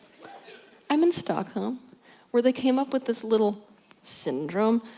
i'm in stockholm where they came up with this little syndrome,